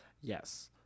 Yes